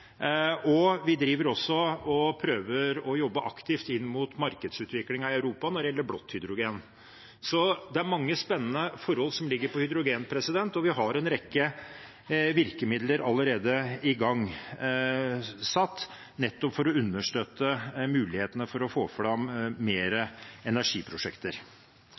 og vi prøver også å jobbe aktivt inn mot markedsutviklingen i Europa når det gjelder blått hydrogen. Så det er mange spennende forhold når det gjelder hydrogen, og vi har allerede igangsatt en rekke virkemidler, nettopp for å understøtte muligheten for å få fram flere energiprosjekter.